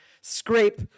scrape